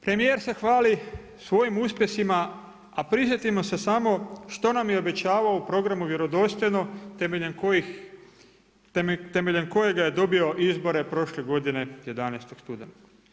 Premijer se hvali svojim uspjesima, a prisjetimo se samo što nam je obećavao u Programu Vjerodostojno temeljem kojega je dobio izbore prošle godine 11. studenog.